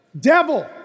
devil